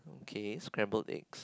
okay scrambled eggs